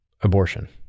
abortion